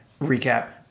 recap